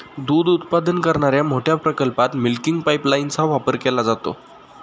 दूध उत्पादन करणाऱ्या मोठ्या प्रकल्पात मिल्किंग पाइपलाइनचा वापर केला जातो